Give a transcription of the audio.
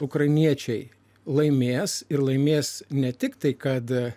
ukrainiečiai laimės ir laimės ne tiktai kad